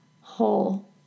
whole